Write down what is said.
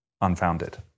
unfounded